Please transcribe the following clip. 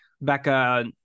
Becca